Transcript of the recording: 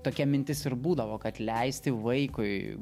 tokia mintis ir būdavo kad leisti vaikui